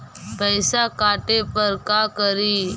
पैसा काटे पर का करि?